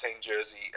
jersey